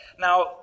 Now